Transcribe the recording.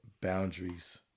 boundaries